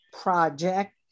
project